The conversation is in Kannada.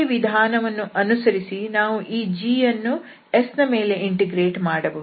ಅದೇ ವಿಧಾನವನ್ನು ಅನುಸರಿಸಿ ನಾವು ಈ g ಯನ್ನು S ನ ಮೇಲೆ ಇಂಟಿಗ್ರೇಟ್ ಮಾಡಬಹುದು